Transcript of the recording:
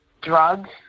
drugs